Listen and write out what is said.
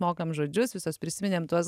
mokam žodžius visos prisiminėm tuos